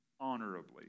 honorably